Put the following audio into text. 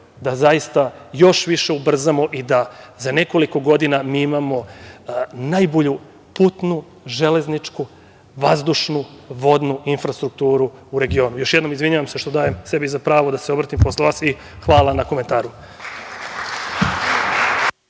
da zaista još više ubrza i da za nekoliko godina mi imamo najbolju putnu, železničku, vazdušnu, vodnu infrastrukturu u regionu. Još jednom se izvinjavam što sebi dajem za pravo da se obratim posle vas i hvala na komentaru.